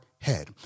head